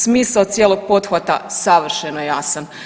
Smisao cijelog pothvata savršeno je jasan.